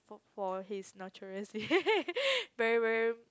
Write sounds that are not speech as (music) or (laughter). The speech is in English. for his notorious way (laughs) very very